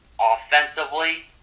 Offensively